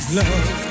love